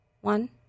One